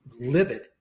livid